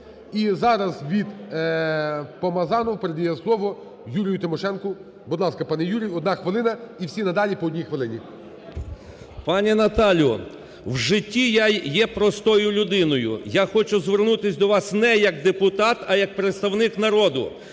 І зараз від… Помазанов передає слово Юрію Тимошенку. Будь ласка, пане Юрій, одна хвилина. І всі надалі по одній хвилині. 13:38:10 ТИМОШЕНКО Ю.В. Пані Наталю, в житті я є простою людиною. Я хочу звернутись до вас не як депутат, а як представник народу.